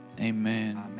amen